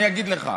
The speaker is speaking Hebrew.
אני אגיד לך: